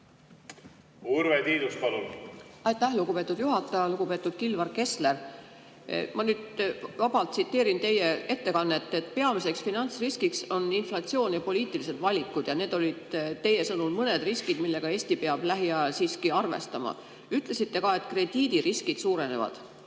Urve Tiidus, palun! Aitäh, lugupeetud juhataja! Lugupeetud Kilvar Kessler! Ma nüüd vabalt tsiteerin teie ettekannet, et peamised finantsriskid on inflatsioon ja poliitilised valikud. Need olid teie sõnul mõned riskid, millega Eesti peab lähiajal siiski arvestama. Ütlesite ka, et krediidiriskid suurenevad.